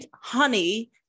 honey